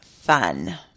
fun